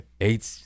Eight